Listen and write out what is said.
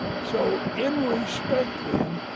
so in respect then,